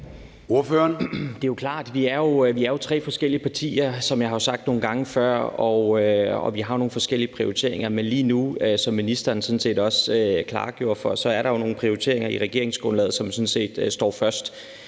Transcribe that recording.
Rona (M): Det er jo klart. Vi er tre forskellige partier, som jeg har sagt nogle gange før, og vi har nogle forskellige prioriteringer. Men lige nu, som ministeren sådan set også klargjorde for os, er der jo nogle prioriteringer i regeringsgrundlaget, som står først,